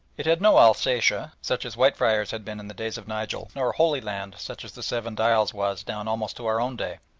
it had no alsatia, such as whitefriars had been in the days of nigel, nor holy land, such as the seven dials was down almost to our own day.